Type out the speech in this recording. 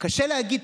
קשה להגיד,